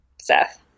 Seth